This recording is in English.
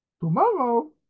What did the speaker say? Tomorrow